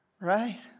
right